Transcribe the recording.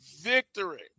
victory